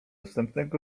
wstępnego